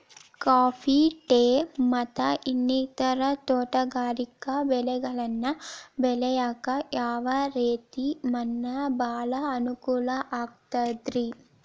Coffee, tea, ಮತ್ತ ಇನ್ನಿತರ ತೋಟಗಾರಿಕಾ ಬೆಳೆಗಳನ್ನ ಬೆಳೆಯಾಕ ಯಾವ ರೇತಿ ಮಣ್ಣ ಭಾಳ ಅನುಕೂಲ ಆಕ್ತದ್ರಿ?